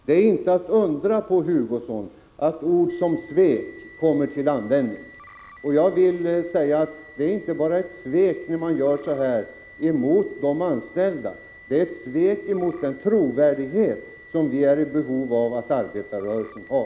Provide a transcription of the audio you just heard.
Det är inte att undra på, Kurt Hugosson, att ord som svek kommer till användning. Och det är inte bara ett svek när man gör så här mot de anställda, utan det är ett svek mot den trovärdighet vi är i behov av att arbetarrörelsen har.